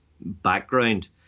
background